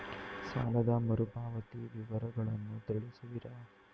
ಸಾಲದ ಮರುಪಾವತಿ ವಿವರಗಳನ್ನು ತಿಳಿಸುವಿರಾ?